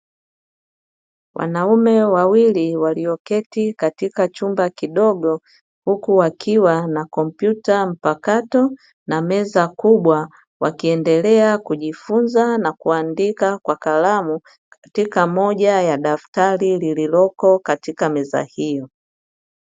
Wanaume wawili walioketi katika chumba kidogo huku wakiwa na kompyuta mpakato na meza kubwa, wakiendelea kujifunza na kuandika kwa kalamu katika moja ya daftari lililopo katika meza hii.